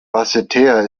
basseterre